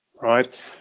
right